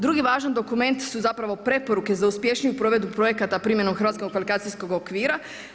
Drugi važan dokument su zapravo preporuke za uspješniju provedbu projekata primjenom hrvatskom kvalifikacijskog okvira.